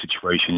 situation